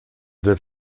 der